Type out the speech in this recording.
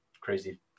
crazy